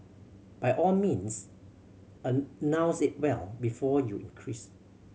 by all means announce it well before you increase